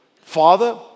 Father